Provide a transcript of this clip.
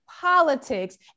politics